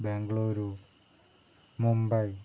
Bengaluru Mumbai